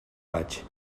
vaig